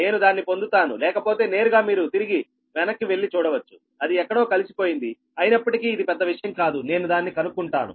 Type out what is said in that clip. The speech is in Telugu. నేను దాన్ని పొందుతాను లేకపోతే నేరుగా మీరు తిరిగి వెనక్కు వెళ్ళి చూడవచ్చుఅది ఎక్కడో కలిసిపోయింది అయినప్పటికీ ఇది పెద్ద విషయం కాదు నేను దాన్ని కనుక్కుంటాను